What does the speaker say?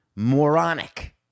Moronic